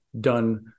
done